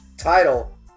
Title